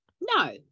no